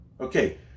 Okay